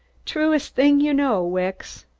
truest thing you know, wicks!